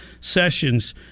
sessions